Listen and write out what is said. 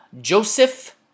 Joseph